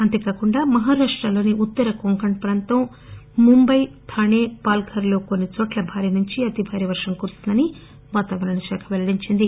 అంతేకాకుండామహారాష్టలోని ఉత్తర కొంకణ్ ప్రాంతం ముంబై థానె పాల్వర్ లో కొన్నిచోట్ల భారీనుంచి అతి భారీ వర్షం కురుస్తుందని వాతావరణ శాఖ పెల్లడించింది